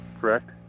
correct